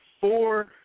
four